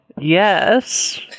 yes